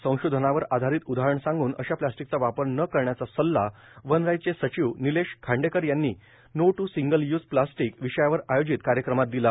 संशोधनावर आधारित उदाहरण सांगून अश्या प्लास्टिकचा वापर न करण्याचा सल्ला वनराईचे सचिव निलेश खांडेकर यांनी no to single use plastic विषयावर आयोजित कार्यक्रमात दिला